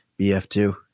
bf2